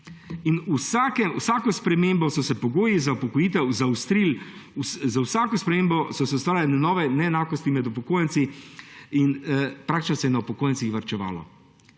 In z vsako spremembo so se pogoji za upokojitev zaostrili, z vsako spremembo so se ustvarile nove neenakosti med upokojenci in praktično se je na upokojencih varčevalo.